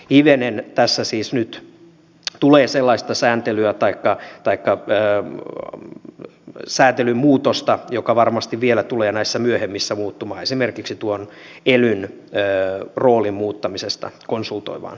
hivenen tässä siis nyt tulee sellaista sääntelyä taikka sääntelyn muutosta joka varmasti vielä tulee näissä myöhemmissä vaiheissa muuttumaan esimerkiksi tuon elyn roolin muuttaminen konsultoivaan suuntaan